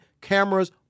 cameras